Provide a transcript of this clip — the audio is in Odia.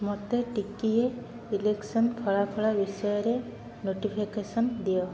ମୋତେ ଟିକିଏ ଇଲେକ୍ସନ୍ ଫଳାଫଳ ବିଷୟରେ ନୋଟିଫିକେସନ୍ ଦିଅ